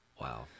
Wow